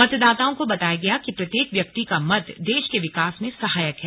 मतदाताओं को बताया गया कि प्रत्येक व्यक्ति का मत देश के विकास में सहायक है